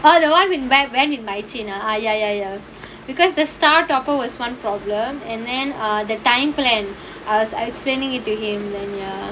oh the [one] we went with ah ah ya ya ya because the start up was one problem and then uh the time plan as I was explaining it to him